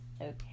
Okay